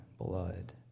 blood